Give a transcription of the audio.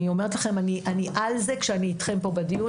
אני אומרת לכם, אני על זה כשאני אתכם פה בדיון.